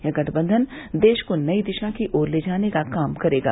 यह गठबंधन देश को नई दिशा की ओर ले जाने का काम करेगा